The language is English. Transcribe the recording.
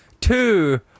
two